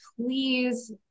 please